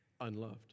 unloved